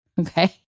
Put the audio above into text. okay